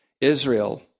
Israel